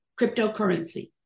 cryptocurrency